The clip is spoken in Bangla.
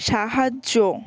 সাহায্য